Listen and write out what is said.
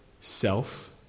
self